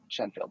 Shenfield